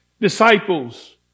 disciples